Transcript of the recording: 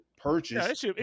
purchase